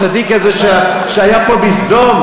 הצדיק הזה שהיה פה בסדום,